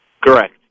Correct